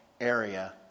area